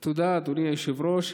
תודה, אדוני היושב-ראש.